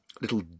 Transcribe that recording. little